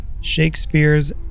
Shakespeare's